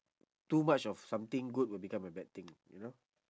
too much of something good will become a bad thing you know